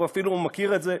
הוא אפילו מכיר את זה.